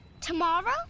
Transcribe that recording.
Tomorrow